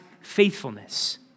faithfulness